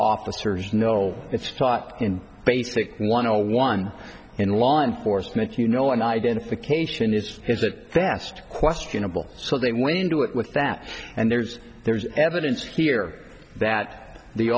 officers know it's taught in basic one o one in law enforcement you know when identification is his at best questionable so they went into it with that and there's there's evidence here that the